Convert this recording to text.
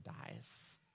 dies